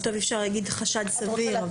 אפשר לומר חשד סביר?